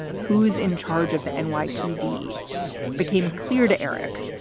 who is in charge of the and nypd became clear to eric.